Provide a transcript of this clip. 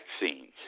vaccines